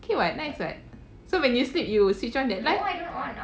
okay [what] nice [what] so when you sleep you will switch on that light